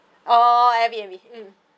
oh airbnb mm